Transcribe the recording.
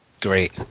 great